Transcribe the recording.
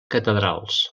catedrals